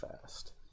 fast